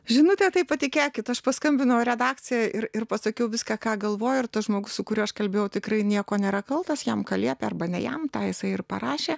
žinutę tai patikėkit aš paskambinau į redakciją ir ir pasakiau viską ką galvoju ir tas žmogus su kuriuo aš kalbėjau tikrai nieko nėra kaltas jam liepė arba ne jam tą jisai ir parašė